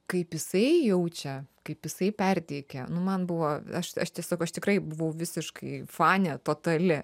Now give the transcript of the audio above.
kaip jisai jaučia kaip jisai perteikia nu man buvo aš aš tiesiog aš tikrai buvau visiškai fanė totali